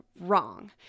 wrong